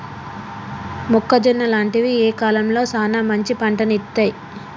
మొక్కజొన్న లాంటివి ఏ కాలంలో సానా మంచి పంటను ఇత్తయ్?